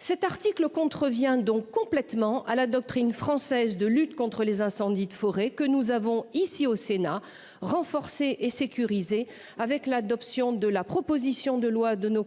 Cet article contrevient donc complètement à la doctrine française de lutte contre les incendies de forêt que nous avons ici au Sénat renforcés et sécurisés avec l'adoption de la proposition de loi de nos